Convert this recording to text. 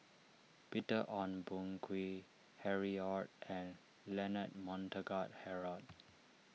Peter Ong Boon Kwee Harry Ord and Leonard Montague Harrod